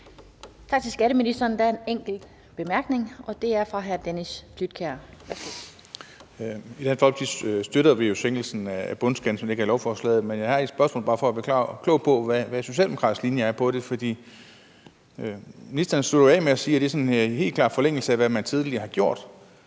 Flydtkjær (DF): Faktisk støtter vi jo sænkelsen af bundskatten, som ligger i lovforslaget, men jeg har et spørgsmål for bare at blive klog på, hvad Socialdemokraternes linje er på området. Ministeren slutter jo af med at sige, at det er i helt klar forlængelse af, hvad man tidligere har gjort